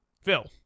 Phil